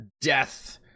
death